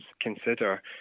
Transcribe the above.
consider